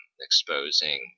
exposing